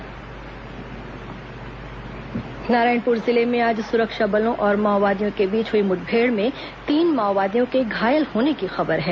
माओवादी म्ठभेड़ नारायणपुर जिले में आज सुरक्षा बलों और माओवादियों के बीच हुई मुठभेड़ में तीन माओवादियों के घायल होने की खबर है